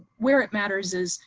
where it matters is.